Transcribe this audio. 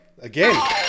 Again